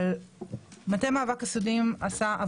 אבל מטה המאבק עשה עבודה,